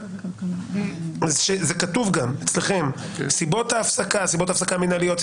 - זה גם כתוב אצלכם סיבות הפסקה מינהליות,